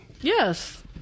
Yes